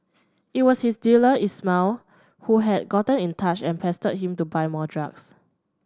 it was his dealer Ismail who had gotten in touch and pestered him to buy more drugs